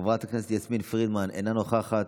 חברת הכנסת יסמין פרידמן, אינה נוכחת,